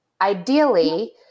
ideally